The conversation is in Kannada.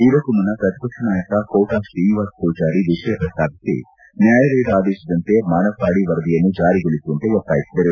ಇದಕ್ಕೂ ಮುನ್ನ ಪ್ರತಿಪಕ್ಷ ನಾಯಕ ಕೋಟಾ ಶ್ರೀನಿವಾಸ್ ಮೂಜಾರಿ ವಿಷಯ ಪ್ರಸ್ತಾಪಿಸಿ ನ್ಯಾಯಾಲಯದ ಆದೇಶದಂತೆ ಮಾನಪ್ಪಾಡಿ ವರದಿಯನ್ನು ಜಾರಿಗೊಳಿಸುವಂತೆ ಒತ್ತಾಯಿಸಿದರು